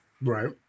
Right